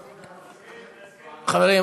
לדבר.